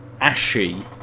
ashy